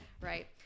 right